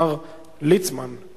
אבישי ברוורמן,